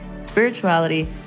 spirituality